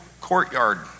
courtyard